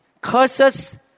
curses